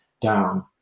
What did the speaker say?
down